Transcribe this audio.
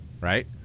right